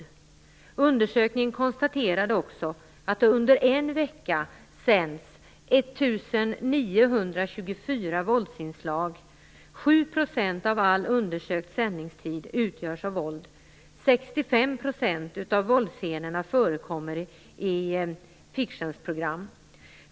Undersökningen konstaterade också att det under en vecka sänds 1 924 våldsinslag. 65 % av våldsscenerna förekommer i fiction-program.